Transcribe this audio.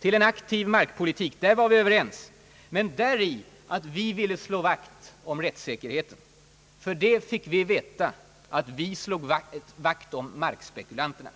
till en aktiv markpolitik, utan bl.a. däri att vi ville slå vakt om rättssäkerheten. För det fick vi veta att vi slog vakt om markspekulanterna.